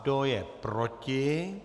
Kdo je proti?